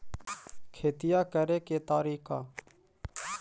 खेतिया करेके के तारिका?